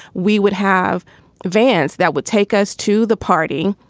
we would have vans that would take us to the party.